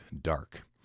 Dark